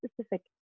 specific